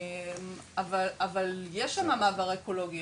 אבל יש שם מעבר אקולוגי.